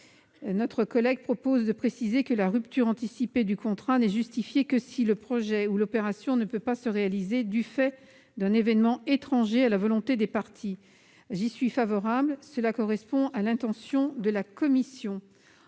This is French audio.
Cet amendement tend à préciser que la rupture anticipée du contrat n'est justifiée que si le projet ou l'opération ne peut pas se réaliser « du fait d'un évènement étranger à la volonté des parties ». J'y suis favorable, car cela correspond à l'intention de la commission.